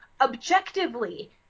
objectively